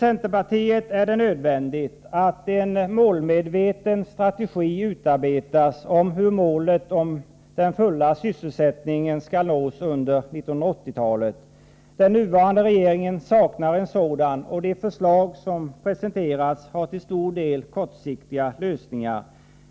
Centerpartiet anser det nödvändigt att en målmedveten strategi utarbetas för hur målet den fulla sysselsättningen skall kunna nås under 1980-talet. Den nuvarande regeringen saknar en sådan strategi, och de förslag som presenterats innebär till stor del kortsiktiga lösningar.